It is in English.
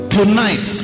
Tonight